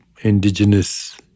indigenous